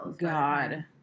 God